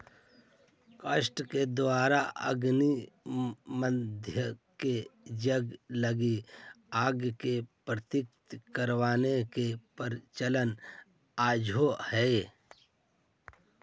काष्ठ के द्वारा अरणि मन्थन से यज्ञ लगी आग के उत्पत्ति करवावे के प्रचलन आजो हई